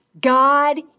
God